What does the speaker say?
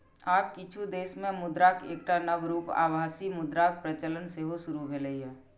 आब किछु देश मे मुद्राक एकटा नव रूप आभासी मुद्राक प्रचलन सेहो शुरू भेलैए